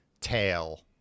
tail